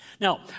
Now